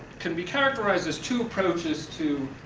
can be characterized as two approaches to